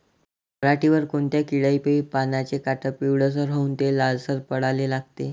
पऱ्हाटीवर कोनत्या किड्यापाई पानाचे काठं पिवळसर होऊन ते लालसर पडाले लागते?